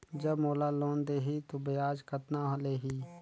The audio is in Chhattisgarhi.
जब मोला लोन देही तो ब्याज कतना लेही?